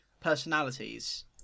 personalities